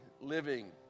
living